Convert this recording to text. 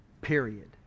period